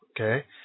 okay